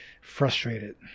frustrated